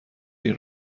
این